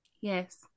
yes